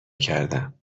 کردم